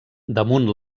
damunt